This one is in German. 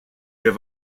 wir